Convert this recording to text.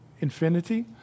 infinity